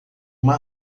uma